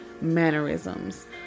mannerisms